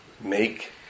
make